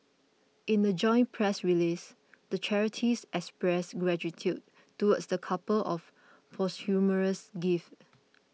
in a joint press release the charities expressed gratitude towards the couple of posthumous gift